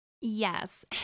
Yes